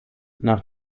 nach